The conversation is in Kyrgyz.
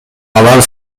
алар